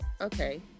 okay